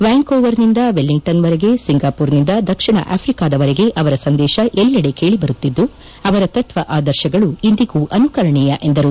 ವ್ಯಾಂಕ್ ಓವರ್ನಿಂದ ವೆಲ್ಲಿಂಗ್ಟನ್ವರೆಗೆ ಸಿಂಗಾಪುರ್ನಿಂದ ದಕ್ಷಿಣ ಆಫ್ರಿಕಾದವರೆಗೆ ಅವರ ಸಂದೇಶ ಎಲ್ಲೆಡೆ ಕೇಳಿಬರುತ್ತಿದ್ದು ಅವರ ತತ್ವ ಆದರ್ಶಗಳು ಇಂದಿಗೂ ಅನುಕರಣೀಯ ಎಂದರು